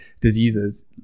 diseases